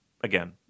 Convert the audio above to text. again